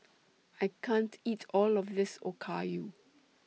I can't eat All of This Okayu